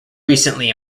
recently